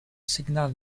signal